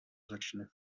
začne